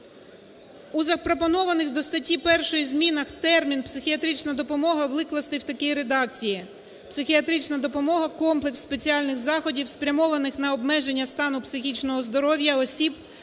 у запропонованих до статті 1 змінах термін "психіатрична допомога" викласти в такій редакції: "психіатрична допомога – комплекс спеціальних заходів, спрямованих на обмеження стану психічного здоров'я осіб